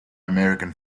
american